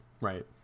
right